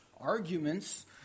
arguments